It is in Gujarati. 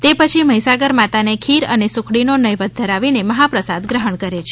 તે પછી મહીસાગર માતાને ખીર અને સુખડીનો નેવેધ ધરાવીને મહાપ્રસાદ ગ્રહણ કરે છે